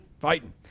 fighting